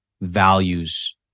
values